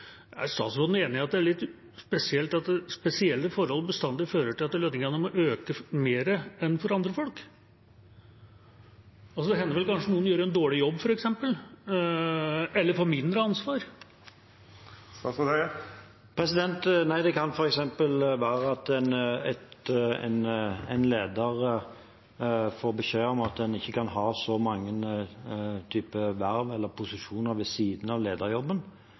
Er statsråden enig i at det er litt spesielt at spesielle forhold bestandig fører til at lønningene må økes mer enn for andre folk? Det hender vel at noen gjør en dårlig jobb f.eks., eller får mindre ansvar? Det kan f.eks. være at en leder får beskjed om at en ikke kan ha så mange verv eller posisjoner ved siden av lederjobben.